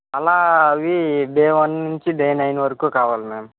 అలా అవి day one నుంచి డే నైన్ వరకు కావాలి మ్యామ్